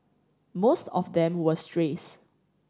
most of them were strays